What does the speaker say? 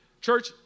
church